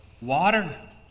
Water